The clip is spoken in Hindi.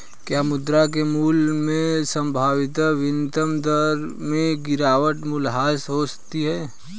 क्या मुद्रा के मूल्य में अस्थायी विनिमय दर में गिरावट मूल्यह्रास होता है?